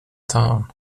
town